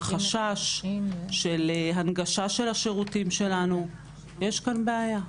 של חשש של הנגשה של השירותים שלנו יש כאן בעיה.